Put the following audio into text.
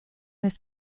this